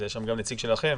יש שם גם נציג שלכם